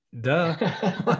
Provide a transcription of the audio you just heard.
duh